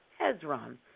Hezron